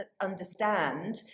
understand